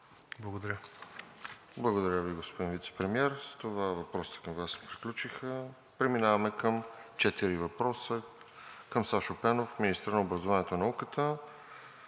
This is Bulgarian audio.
Благодаря Ви, господин Вицепремиер. С това въпросите към Вас приключиха. Преминаваме към четири въпроса към Сашо Пенов – министър на образованието и науката.